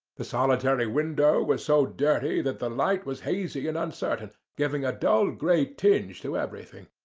the solitary window was so dirty that the light was hazy and uncertain, giving a dull grey tinge to everything,